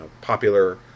popular